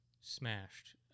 smashed